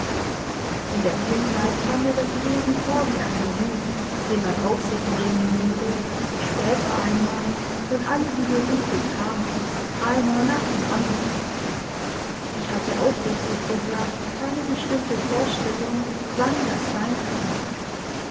in der kindheit kam mir das lesen vor wie ein beruf den man auf sich nehmen würde später einmal wenn alle die berufe kamen einer nach dem andern ich hatte aufrichtig gesagt keine bestimmte vorstellung wann das sein könnte